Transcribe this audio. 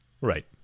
right